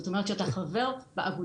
זאת אומרת שאתה חבר באגודה.